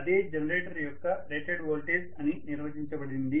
అదే జనరేటర్ యొక్క rated voltage అని నిర్వచించబడింది